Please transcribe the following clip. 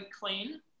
clean